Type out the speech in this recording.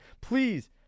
please